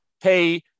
pay